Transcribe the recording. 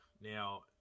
Now